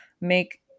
make